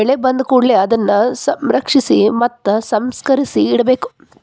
ಬೆಳೆ ಬಂದಕೂಡಲೆ ಅದನ್ನಾ ಸಂರಕ್ಷಿಸಿ ಮತ್ತ ಸಂಸ್ಕರಿಸಿ ಇಡಬೇಕು